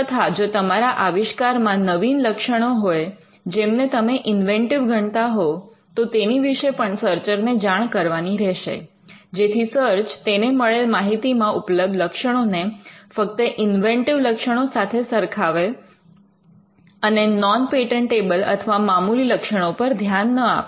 તથા જો તમારા આવિષ્કાર માં નવીન લક્ષણો હોય જેમને તમે ઇન્વેન્ટિવ ગણતા હોવ તો તેની વિશે પણ સર્ચર ને જાણ કરવાની રહેશે જેથી સર્ચ તેને મળેલ માહિતીમાં ઉપલબ્ધ લક્ષણોને ફક્ત ઇન્વેન્ટિવ લક્ષણો સાથે સરખાવે અને નૉન પેટન્ટેબલ અથવા મામૂલી લક્ષણો પર ધ્યાન ન આપે